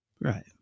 Right